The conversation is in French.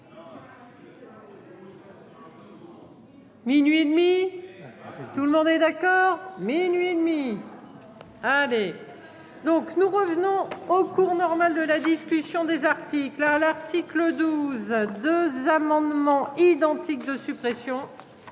Minuit et demie. Tout le long des. D'accord. Minuit et demie. Allez donc nous revenons au cours normal de la discussion des articles à l'article 12 2 amendements identiques de suppression.